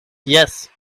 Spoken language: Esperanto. jes